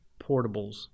portables